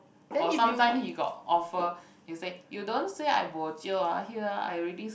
or sometime he got offer he say you don't say I bo jio ah here I already